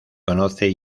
conoce